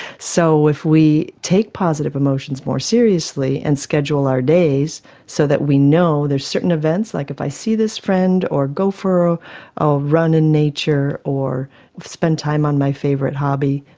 so if we take positive emotions more seriously and schedule our days so that we know there's certain events, like if i see this friend or go for a run in nature or spend time on my favourite hobby,